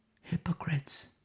Hypocrites